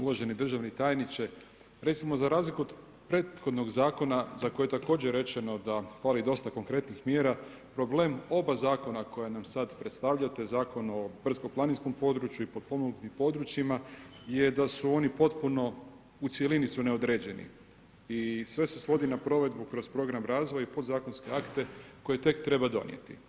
Uvaženi državni tajniče, recimo za razliku od prethodnog Zakona za koji je također rečeno da fali dosta konkretnih mjera, problem oba zakona koja nam sad predstavljate, Zakon o brdsko-planinskom području i potpomognutim područjima je da su oni potpuno, u cjelini su neodređeni i sve se svodi na provedbu kroz program razvoja i podzakonski akte koje tek treba donijeti.